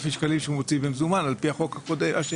שקלים שהוא מוציא במזומן על פי החוק השני.